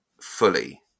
fully